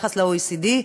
ביחס ל-OECD,